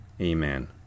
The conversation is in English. Amen